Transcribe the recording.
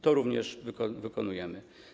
To również wykonujemy.